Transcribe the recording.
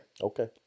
okay